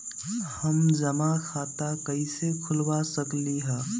हम जमा खाता कइसे खुलवा सकली ह?